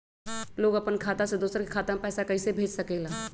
लोग अपन खाता से दोसर के खाता में पैसा कइसे भेज सकेला?